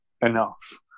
enough